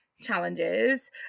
challenges